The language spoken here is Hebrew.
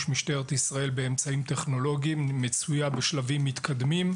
משטרת ישראל באמצעים טכנולוגיים מצויה בשלבים מתקדמים,